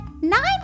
nine